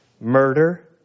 murder